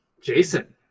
Jason